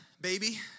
baby